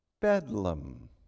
Bedlam